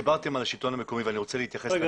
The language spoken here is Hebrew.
דיברתם על השלטון המקומי ואני רוצה להתייחס לנקודה חשובה.